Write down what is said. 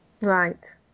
right